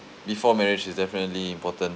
before marriage is definitely important